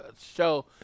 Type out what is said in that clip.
show